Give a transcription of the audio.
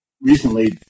recently